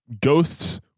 Ghosts